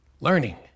Learning